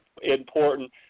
important